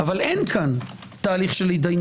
אבל אין פה תהליך כזה.